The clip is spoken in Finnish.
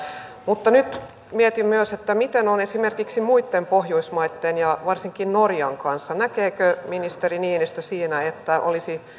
mutta nyt mietin myös miten on esimerkiksi muitten pohjoismaitten ja varsinkin norjan kanssa näkeekö ministeri niinistö että olisi